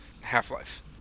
Half-Life